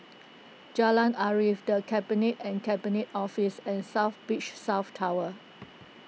Jalan Arif the Cabinet and Cabinet Office and South Beach South Tower